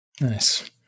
Nice